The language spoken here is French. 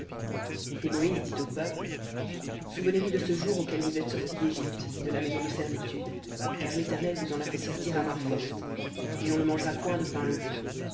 et moïse dit au peuple souvenez-vous de ce jour auquel vous êtes sortis d'égypte de la maison de servitude car l'éternel vous en a fait sortir à main forte et on ne mangera point de pain levé